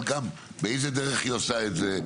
אבל גם באיזה דרך היא עושה את זה,